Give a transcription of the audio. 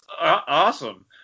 awesome